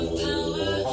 power